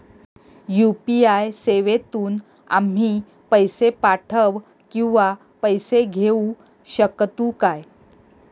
UPI सेवेतून आम्ही पैसे पाठव किंवा पैसे घेऊ शकतू काय?